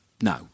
no